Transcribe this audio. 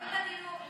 אפשר להעביר לוועדה.